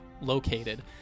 located